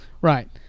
Right